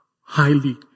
highly